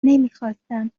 نمیخواستند